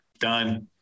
done